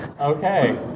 Okay